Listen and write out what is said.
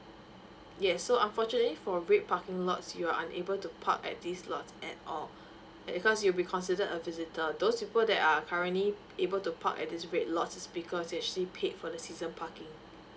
yes so unfortunately for a break parking lots you're unable to park at this lots at all because you'll be considered a visitor those people that are currently able to park at this rate lots is because they actually paid for the season parking